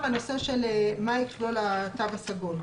הנושא של מה יכלול התו הסגול.